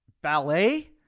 ballet